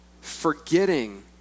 Forgetting